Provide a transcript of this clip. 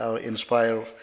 Inspire